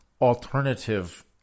alternative